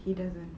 he doesn't